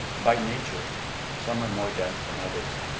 by nature some are more dense than others.